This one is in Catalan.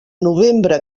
novembre